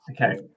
Okay